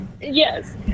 yes